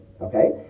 okay